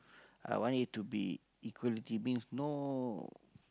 I want it to be equality means no